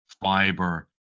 fiber